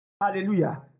Hallelujah